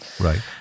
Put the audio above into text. Right